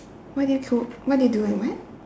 what do you cook what do you do and what